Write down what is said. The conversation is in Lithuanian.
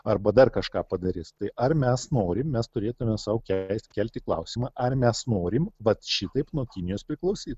arba dar kažką padarys tai ar mes norim mes turėtume sau kelti klausimą ar mes norim vat šitaip nuo kinijos priklausyt